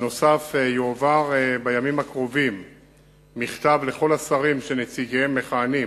נוסף על כך יועבר בימים הקרובים מכתב לכל השרים שנציגיהם מכהנים